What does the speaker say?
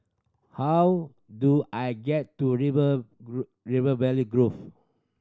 how do I get to River River Valley Grove